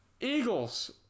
Eagles